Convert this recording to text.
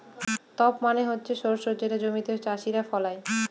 crop মানে হচ্ছে শস্য যেটা জমিতে চাষীরা ফলায়